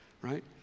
right